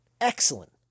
Excellent